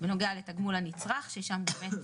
בנוגע לתגמול הנצרך ששם באמת